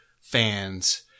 fans